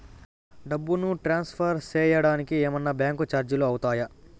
డబ్బును ట్రాన్స్ఫర్ సేయడానికి ఏమన్నా బ్యాంకు చార్జీలు అవుతాయా?